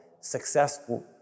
successful